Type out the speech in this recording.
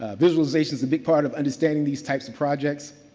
ah visualization is a big part of understanding these types of projects.